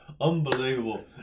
Unbelievable